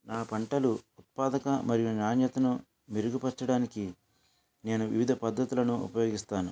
మా పంటలు ఉపాధి మరియు నాణ్యతను మెరుగుపరచడానికి నేను వివిధ పద్దతులను ఉపయోగిస్తాను